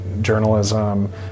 journalism